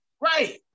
Right